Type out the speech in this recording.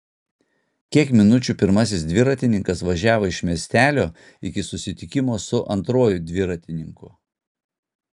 kiek minučių pirmasis dviratininkas važiavo iš miestelio iki susitikimo su antruoju dviratininku